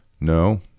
No